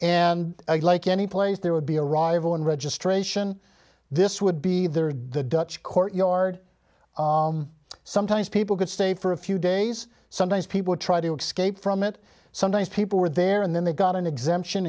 and like any place there would be a rival in registration this would be there the dutch courtyard sometimes people could stay for a few days sometimes people try to exclaim from it sometimes people were there and then they got an exemption